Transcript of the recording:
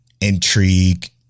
intrigue